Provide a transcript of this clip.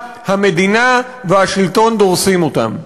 המדינה והשלטון דורסים אותם.